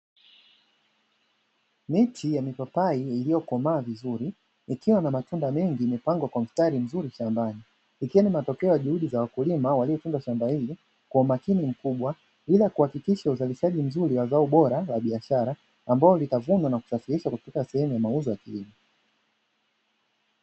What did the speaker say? Miti ya mipapai iliyokomaa vizuri, ikiwa na matunda mengi yamepangwa kwa mstari mzuri shambani, ikiwa ni matokeo ya juhudi za wakulima waliotunza shamba, hili kwa umakini mkubwa ili kihakikisha uzarishaji mzuri wa zao bora la biashara, ambalo litavunwa na kusafirishwa kufika sehemu ya mauzo ya kilimo.